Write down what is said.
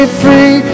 free